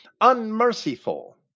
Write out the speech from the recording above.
unmerciful